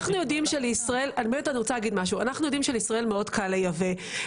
אנחנו יודעים שלישראל מאוד קל לייבא.